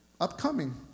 Upcoming